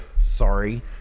Sorry